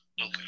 Okay